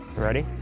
ready?